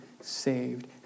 saved